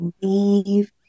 believe